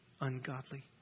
ungodly